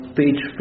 page